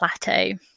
plateau